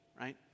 Right